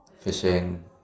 fishing